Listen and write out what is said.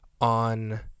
on